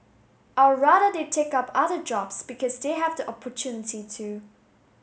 I'd rather they take up other jobs because they have the opportunity to